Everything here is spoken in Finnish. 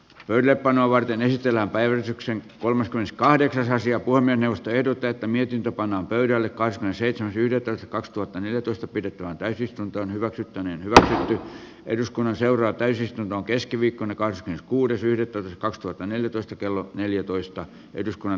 yle panoa varten kehitellä yrityksen kolmaskymmeneskahdeksas ensiapu on enemmistö ehdottaa että mietintä pannaan pöydälle koska se ei tyydytä kaksituhattaneljätoista pidettävään täysistunto hyväksyttäneen eduskunnan seuraa täysistunnon keskiviikkona kais kuudes viidettä olisi ollut hyvin ikävä tilanne